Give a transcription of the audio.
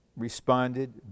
responded